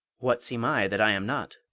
what seem i that i am not?